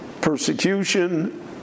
persecution